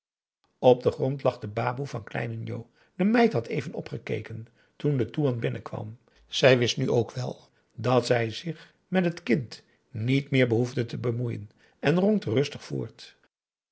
op den grond lag de baboe van kleinen njo de meid had even opgekeken toen de toean binnenkwam zij wist nu ook wel dat zij zich met het kind niet meer behoefde te bemoeien en ronkte rustig voort